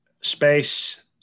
Space